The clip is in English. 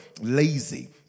Lazy